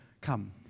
come